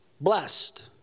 blessed